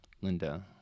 Linda